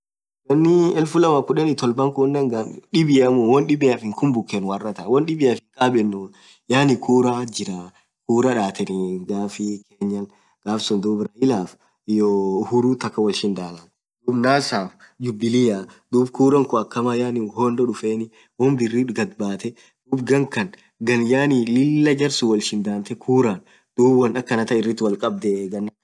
Ghanii elfu lamaa kudheni tolbaa khunen ghan dhibiamu won dhibiaf hinkhumbukenu arrath won dhiaf hinkhaabenu yaani kurath jirah kuraa dhatheni ghafii Kenyan ghafsun dhub railaf iyoo uhurut akhan wol shidhana dhub NASAf jubilee dhub kura khun akhamaa uhondo dhufeni won birri ghadbathe dhub ghan khan ghan yaani Lilah jarsun wolshidhathe kura dhub won akhanatha irithi woldhabdhee